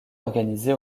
organisé